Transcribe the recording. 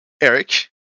eric